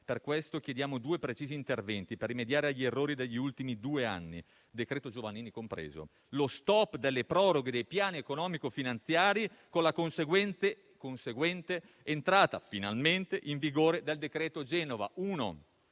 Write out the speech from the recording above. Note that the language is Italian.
Per questo chiediamo due precisi interventi, per rimediare agli errori degli ultimi due anni, decreto Giovannini compreso: innanzitutto, lo *stop* alle proroghe dei piani economico-finanziari con la conseguente entrata - finalmente - in vigore del cosiddetto decreto Genova; in